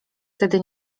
wtedy